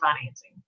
financing